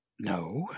No